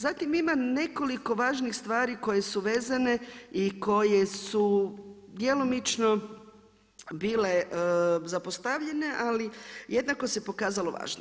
Zatim ima nekoliko važnih stvari koje su vezane i koje su djelomično bile zapostavljene, ali jednako se pokazalo važno.